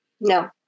No